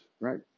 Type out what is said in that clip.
right